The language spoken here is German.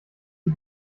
die